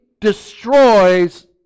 destroys